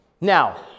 Now